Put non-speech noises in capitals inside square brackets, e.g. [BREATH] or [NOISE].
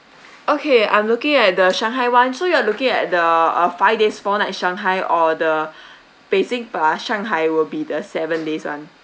okay I'm looking at the shanghai [one] so you are looking at the uh five days four nights shanghai or the [BREATH] basic ah shanghai will be the seven days [one]